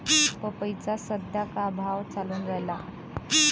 पपईचा सद्या का भाव चालून रायला?